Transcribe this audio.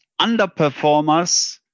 underperformers